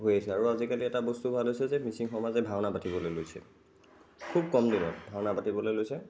হৈ আছে আৰু আজিকালি এটা বস্তু ভাল হৈছে যে মিচিং সমাজে ভাওনা পাতিবলৈ লৈছে খুব কম দিনত ভাওনা পাতিবলৈ লৈছে